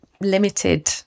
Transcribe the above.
limited